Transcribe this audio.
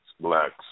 Blacks